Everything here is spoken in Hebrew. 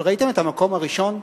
אבל ראיתם את המקום הראשון?